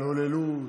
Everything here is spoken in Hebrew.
על הוללות,